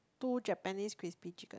two Japanese crispy chicken